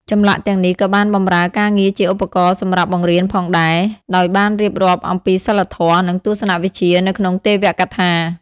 ចម្លាក់ទាំងនេះក៏បានបម្រើការងារជាឧបករណ៍សម្រាប់បង្រៀនផងដែរ ដោយបានរៀបរាប់អំពីសីលធម៌ និងទស្សនវិជ្ជានៅក្នុងទេវកថា។